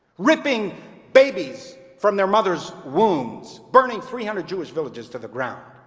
ripping babies from their mothers' wombs, burning three hundred jewish villages to the ground.